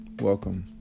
welcome